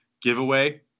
giveaway